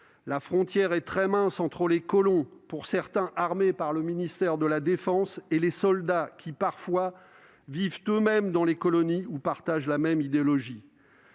La frontière est très mince entre les colons, pour certains armés par le ministère de la défense, et les soldats qui, parfois, vivent eux-mêmes dans les colonies ou partagent la même idéologie.